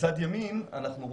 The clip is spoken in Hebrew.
מצד ימין יש לנו